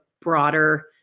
broader